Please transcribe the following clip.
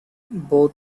both